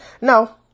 No